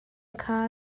kha